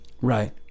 Right